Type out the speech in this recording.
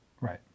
Right